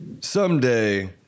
someday